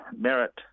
merit